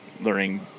learning